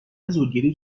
زورگیری